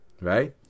right